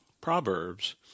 Proverbs